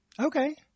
Okay